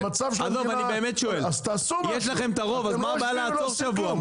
מה הבעיה לעצור שבוע?